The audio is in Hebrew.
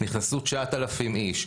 נכנסו 9,000 איש.